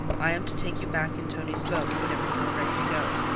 i am to take you back in tonie's boat whenever you are ready to go.